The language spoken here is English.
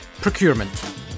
procurement